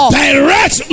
direct